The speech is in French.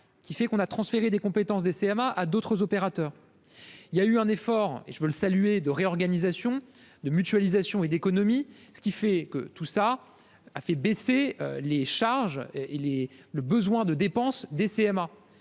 qui fait qu'on a transféré des compétences des CMA à d'autres opérateurs, il y a eu un effort et je veux le saluer de réorganisation de mutualisation et d'économie, ce qui fait que tout ça a fait baisser les charges, il est le besoin de dépenses des CMA